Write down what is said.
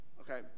Okay